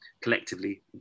collectively